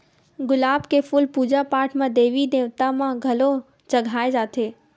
गुलाब के फूल पूजा पाठ म देवी देवता म घलो चघाए जाथे